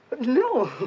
No